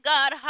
God